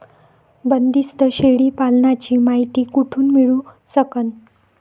बंदीस्त शेळी पालनाची मायती कुठून मिळू सकन?